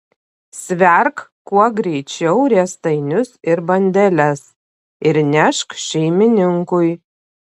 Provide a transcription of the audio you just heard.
stverk kuo greičiau riestainius ir bandeles ir nešk šeimininkui